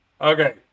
okay